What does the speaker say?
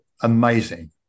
amazing